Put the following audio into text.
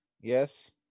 Yes